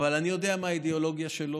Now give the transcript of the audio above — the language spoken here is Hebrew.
אבל אני יודע מה האידיאולוגיה שלו,